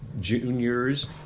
juniors